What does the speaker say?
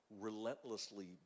relentlessly